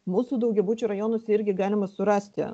mūsų daugiabučių rajonuose irgi galima surasti